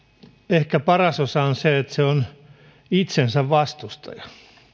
ehkä paras osa on se että se on itsensä vastustaja